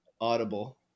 audible